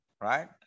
right